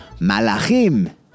Malachim